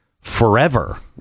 forever